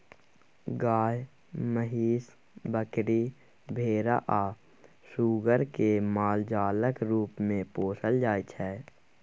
गाय, महीस, बकरी, भेरा आ सुग्गर केँ मालजालक रुप मे पोसल जाइ छै